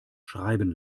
schreiben